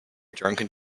drunken